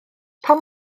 pam